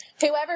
whoever